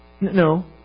No